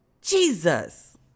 Jesus